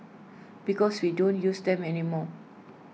because we don't use them anymore